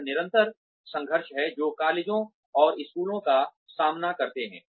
यह निरंतर संघर्ष है जो कॉलेजों और स्कूलों का सामना करते हैं